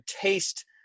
taste